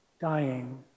dying